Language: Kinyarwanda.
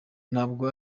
ntabwo